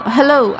Hello